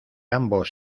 ambos